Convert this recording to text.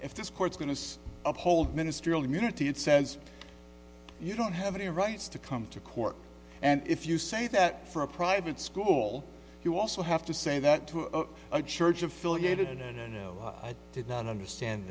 if this court's going to uphold ministerial immunity it says you don't have any rights to come to court and if you say that for a private school you also have to say that to a church affiliated and i did not understand